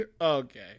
okay